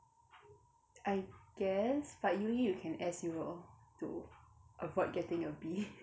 I guess but U_E you can S_U or to avoid getting a B